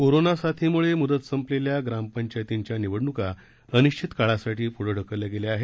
corona साथीम्ळे म्दत संपलेल्या ग्राम पंचायतींच्या निवडण्का अनिश्चीत काळासाठी प्ढं ढकलल्या गेल्या आहेत